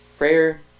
Prayer